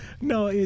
No